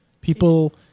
People